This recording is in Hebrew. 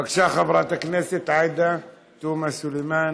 - בבקשה, חברת הכנסת עאידה תומא סלימאן.